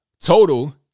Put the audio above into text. total